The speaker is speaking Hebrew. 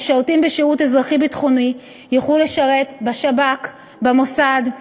המשרתים בשירות אזרחי-ביטחוני יוכלו לשרת בשב"כ ובמוסד,